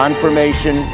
Confirmation